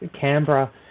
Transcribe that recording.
Canberra